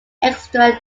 extra